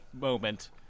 moment